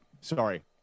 Sorry